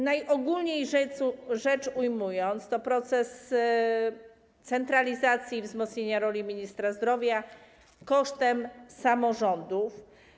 Najogólniej rzecz ujmując, to jest proces centralizacji i wzmocnienia roli ministra zdrowia kosztem samorządów.